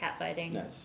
catfighting